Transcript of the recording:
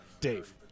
Dave